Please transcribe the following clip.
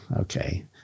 okay